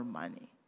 money